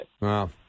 wow